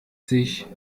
sich